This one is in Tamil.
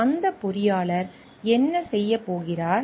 அந்த பொறியாளர் என்ன செய்யப் போகிறார்